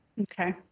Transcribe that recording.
Okay